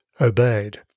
obeyed